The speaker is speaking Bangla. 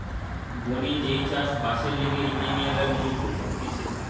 বনে যেই চাষ বাসের লিগে ইঞ্জিনীররা নিযুক্ত থাকতিছে